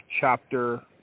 chapter